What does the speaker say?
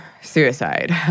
suicide